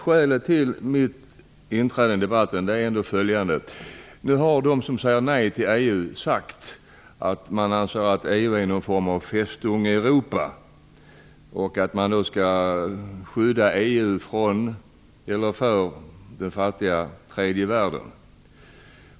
Skälet till mitt inträde i debatten är följande. Nu har de som säger nej till EU sagt att EU är någon form av Festung Europa. EU skall skyddas mot den fattiga tredje världen.